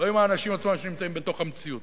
לא עם האנשים עצמם שנמצאים בתוך המציאות.